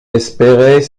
espérait